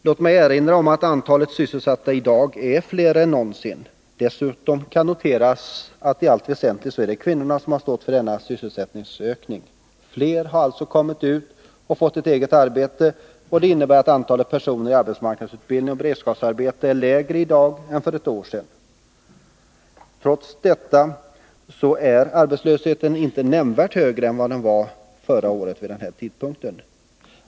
Låt mig erinra om att antalet sysselsatta i dag är större än någonsin. Dessutom kan noteras att det i allt väsentligt är kvinnorna som har stått för denna sysselsättningsökning. Fler har alltså kommit ut och fått ett eget arbete. Samtidigt har det inneburit att antalet personer i arbetsmarknadsutbildning och beredskapsarbete är lägre i dag än för ett år sedan. Trots detta är arbetslösheten inte nämnvärt högre än vad den var förra året vid den här tidpunkten.